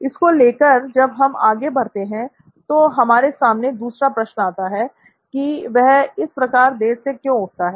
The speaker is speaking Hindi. इसको लेकर जब हम आगे बढ़ते हैं तो हमारे सामने दूसरा प्रश्न आता है कि वह इस प्रकार देर से क्यों उठता है